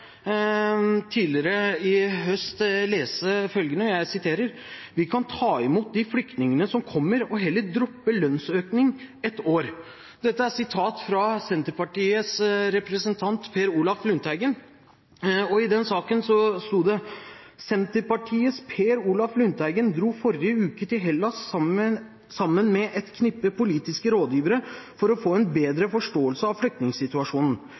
tidligere i høst lese følgende i Dagbladet: «Vi kan ta imot de flyktningene som kommer, og heller droppe lønnsøkning ett år.» Dette er et sitat fra Senterpartiets representant Per Olaf Lundteigen. I avisoppslaget sto det: «Senterpartiets Per Olaf Lundteigen dro forrige uke til Hellas sammen med et knippe politiske rådgivere, for å få en bedre forståelse av flyktningsituasjonen.